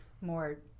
more